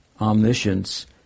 omniscience